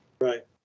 right